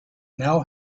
now